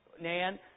Nan